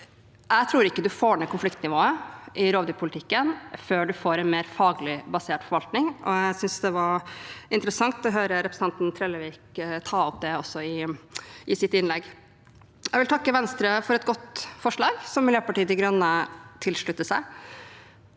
Jeg tror ikke man får ned konfliktnivået i rovdyrpolitikken før man får en mer faglig basert forvaltning, og jeg synes det var interessant å høre representanten Trellevik ta opp det i sitt innlegg. Jeg vil takke Venstre for et godt forslag, som Miljøpartiet De Grønne tilslutter seg.